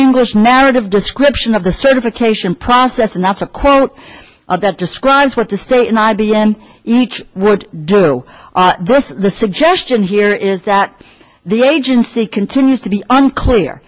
english narrative description of the certification process and that's a quote that describes what the state and i b m each would do the suggestion here is that the agency continues to be unclear